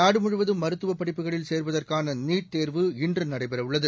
நாடுமுழுவதும் மருத்துவ படிப்புகளில் சேருவதற்கான நீட் தேர்வு இன்று நடைபெறவுள்ளது